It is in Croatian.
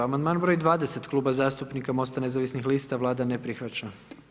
Amandman broj 20 Kluba zastupnika Mosta nezavisnih lista, Vlada ne prihvaća.